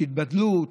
של ההתבדלות.